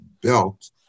built